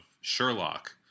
Sherlock